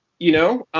you know?